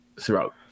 throughout